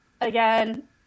Again